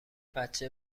بچه